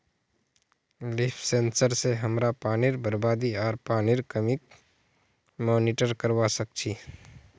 leaf sensor स हमरा पानीर बरबादी आर पानीर कमीक मॉनिटर करवा सक छी